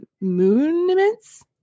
monuments